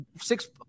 six